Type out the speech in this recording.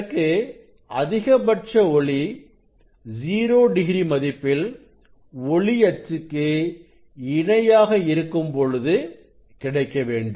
எனக்கு அதிகபட்ச ஒளி 0 டிகிரி மதிப்பில் ஒளி அச்சுக்கு இணையாக இருக்கும்பொழுது கிடைக்க வேண்டும்